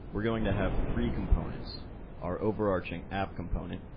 we're going to have three components our overarching app component,